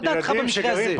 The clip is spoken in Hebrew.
מה דעתך במקרה הזה?